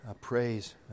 praise